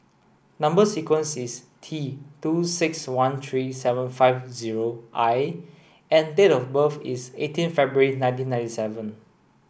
number sequence is T two six one three seven five zero I and date of birth is eighteen February nineteen ninety seven